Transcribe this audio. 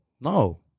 No